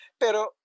Pero